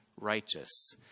righteous